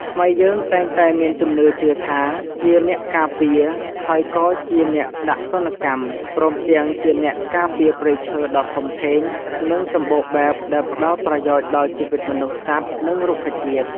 ខ្មែរយើងតែងតែមានជំនឿជឿថា ជាអ្នកការពារ ហើយក៏ជាអ្នកដាក់ទណ្ឌកម្ម ព្រមទាំងជាអ្នកការពារព្រៃឈើដ៏ធំធេង និងសម្បូរបែបដែលផ្ដល់ប្រយោជន៍ដល់ជីវិតមនុស្ស សត្វ និងរុក្ខជាតិ។